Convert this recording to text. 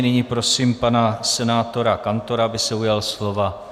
Nyní prosím pana senátora Kantora, aby se ujal slova.